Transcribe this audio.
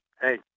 hey